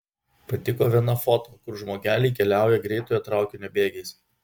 patiko viena foto kur žmogeliai keliauja greitojo traukinio bėgiais